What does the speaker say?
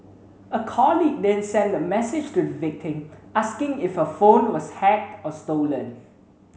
a colleague then sent a message to the victim asking if her phone was hacked or stolen